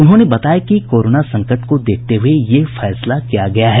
उन्होंने बताया कि कोरोना संकट को देखते हुये यह फैसला किया गया है